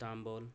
Istanbul